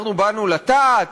אנחנו באנו לטעת,